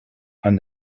and